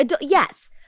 Yes